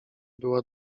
była